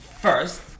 first